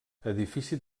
edifici